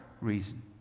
reason